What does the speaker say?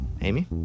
Amy